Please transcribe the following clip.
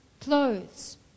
clothes